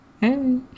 Hey